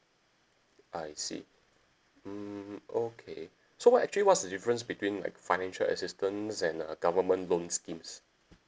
I see mm okay so what actually what's the difference between like financial assistance and a government loan schemes